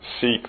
seek